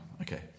Okay